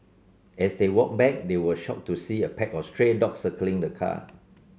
as they walked back they were shocked to see a pack of stray dogs circling the car